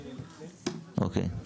אוקיי.